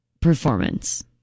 performance